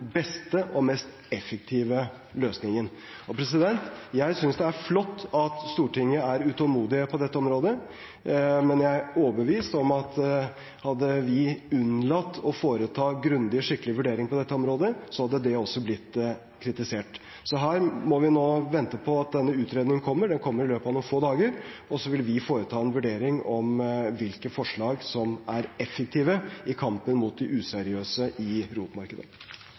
beste og mest effektive løsningen. Jeg synes det er flott at Stortinget er utålmodig når det gjelder dette, men jeg er overbevist om at hadde vi unnlatt å foreta grundige, skikkelige vurderinger på dette området, så hadde det også blitt kritisert. Så her må vi nå vente på at denne utredningen kommer – den kommer i løpet av noen få dager – og så vil vi foreta en vurdering av hvilke forslag som er effektive i kampen mot de useriøse i